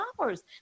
hours